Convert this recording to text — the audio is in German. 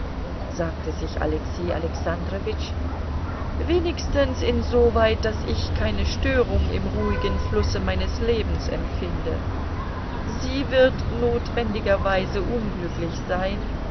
sagte sich alexei alexandrowitsch wenigstens insoweit daß ich keine störung im ruhigen flusse meines lebens empfinde sie wird notwendigerweise unglücklich sein